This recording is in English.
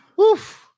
oof